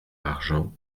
argent